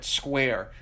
square